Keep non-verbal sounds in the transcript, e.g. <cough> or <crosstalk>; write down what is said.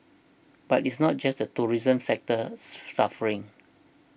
but it's not just the tourism sector <noise> suffering